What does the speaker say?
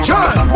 John